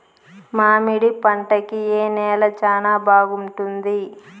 మామిడి పంట కి ఏ నేల చానా బాగుంటుంది